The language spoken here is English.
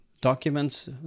documents